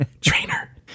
trainer